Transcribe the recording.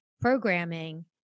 programming